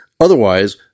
Otherwise